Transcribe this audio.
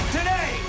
Today